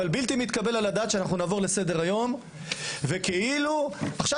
בלתי מתקבל על הדעת שאנחנו נעבור לסדר היום וכאילו עכשיו